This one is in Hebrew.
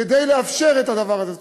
כדי לאפשר את הדבר הזה.